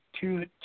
two